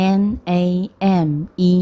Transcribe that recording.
name